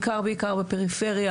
בעיקר בעיקר בפריפריה,